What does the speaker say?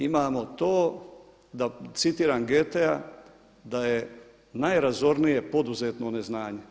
Imamo to da citiram Goethea da je najrazornije poduzetno neznanje.